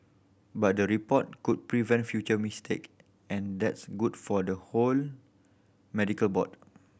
but the report could prevent future mistake and that's good for the whole medical board